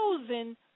chosen